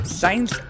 science